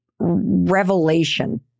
revelation